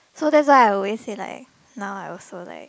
so that's why I always say like now I also like